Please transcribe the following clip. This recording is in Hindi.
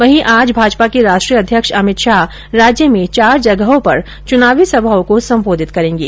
वहीं आज भाजपा के राष्ट्रीय अध्यक्ष अमित शाह राज्य में चार जगहों पर चुनावी सभाओं को संबोधित करेंगे